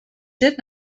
did